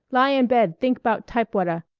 lie in bed think about typewutta.